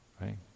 right